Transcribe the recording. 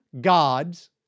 gods